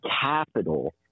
capital